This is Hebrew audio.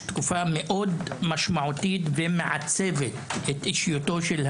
תקופה מאוד משמעותית ועצבת את אישיותו של הילד,